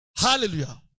Hallelujah